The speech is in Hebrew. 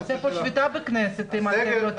נעשה פה שביתה בכנסת אם לא תפתחו את מערכת החינוך.